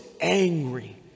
angry